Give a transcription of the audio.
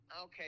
Okay